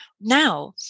Now